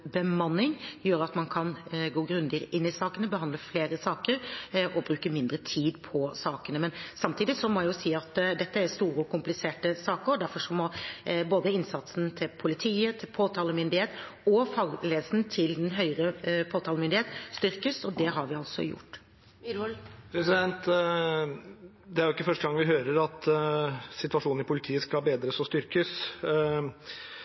bemanning, gjør at man kan gå grundig inn i sakene, behandle flere saker og bruke mindre tid på sakene. Samtidig må jeg si at dette er store og kompliserte saker. Derfor må både innsatsen til politiet, påtalemyndigheten og fagledelsen til Den høyere påtalemyndighet styrkes, og det har vi altså gjort. Det er ikke første gang vi hører at situasjonen i politiet skal bedres